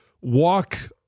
walk